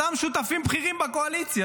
אותם שותפי בכירים בקואליציה,